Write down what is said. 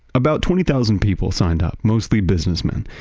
about twenty thousand people signed up, mostly businessmen.